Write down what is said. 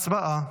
הצבעה.